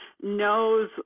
knows